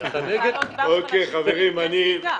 חברים,